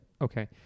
Okay